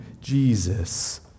Jesus